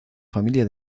familia